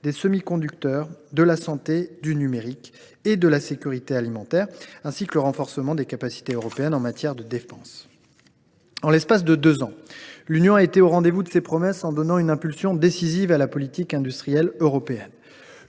des semi conducteurs, de la santé, du numérique et de la sécurité alimentaire, ainsi que le renforcement des capacités européennes en matière de défense. En l’espace de deux ans, l’Union a été au rendez vous de ces promesses en donnant une impulsion décisive à la politique industrielle européenne